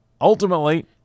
ultimately